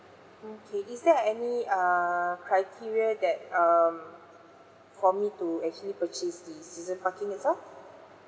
okay is there any err criteria that um for me to actually purchase the season parking itself